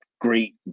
great